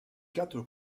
quatre